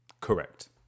Correct